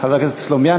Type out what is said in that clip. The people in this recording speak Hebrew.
חבר הכנסת סלומינסקי,